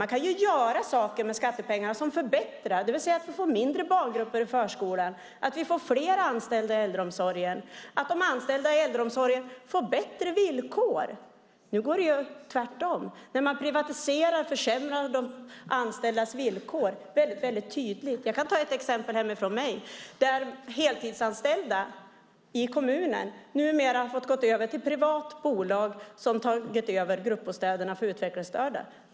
Man kan göra saker med skattepengar som förbättrar så att vi får mindre barngrupper i förskolan, fler anställda i äldreomsorgen och att de anställda i äldreomsorgen får bättre villkor. Nu går det åt andra hållet. När man privatiserar försämras de anställdas villkor väldigt tydligt. Jag kan ta ett exempel hemifrån där heltidsanställda i kommunen numera har fått gå över till ett privat bolag som tagit över gruppbostäderna för utvecklingsstörda.